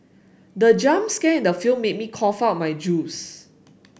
the jump scare in the film made me cough out my juice